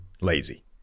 lazy